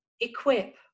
equip